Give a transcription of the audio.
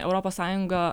europos sąjunga